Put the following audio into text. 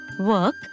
work